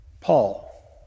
Paul